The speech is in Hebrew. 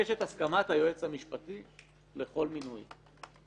הסכמת היועץ המשפטי לכל מינוי.